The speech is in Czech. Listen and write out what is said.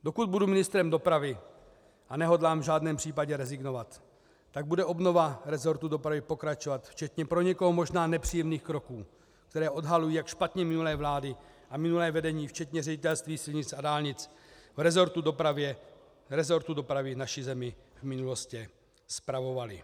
Dokud budu ministrem dopravy, a nehodlám v žádném případě rezignovat, tak bude obnova rezortu dopravy pokračovat včetně pro někoho možná nepříjemných kroků, které odhalují, jak špatně minulé vlády a minulé vedení včetně Ředitelství silnic a dálnic v rezortu dopravy naši zemi v minulosti spravovaly.